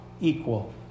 equal